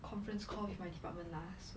conference call with my department lah